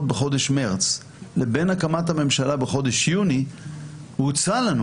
בחודש מרס לבין הקמת הממשלה בחודש יוני הוצע לנו